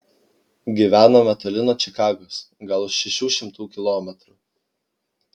gyvenome toli nuo čikagos gal už šešių šimtų kilometrų